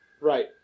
Right